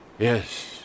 Yes